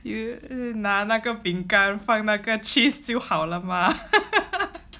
you 拿那个饼干放那个 cheese 就好了吗